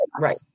right